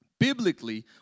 Biblically